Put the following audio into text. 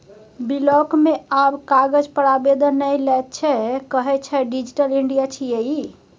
block मे आब कागज पर आवेदन नहि लैत छै कहय छै डिजिटल इंडिया छियै ई